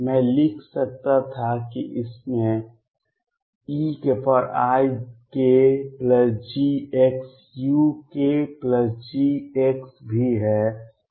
मैं लिख सकता था कि इसमें eikGxukG भी है